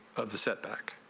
of the set back.